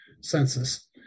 census